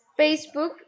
Facebook